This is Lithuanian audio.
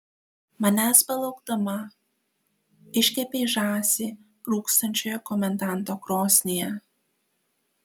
manęs belaukdama iškepei žąsį rūkstančioje komendanto krosnyje